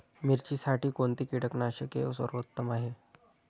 मिरचीसाठी कोणते कीटकनाशके सर्वोत्तम आहे?